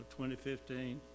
2015